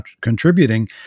contributing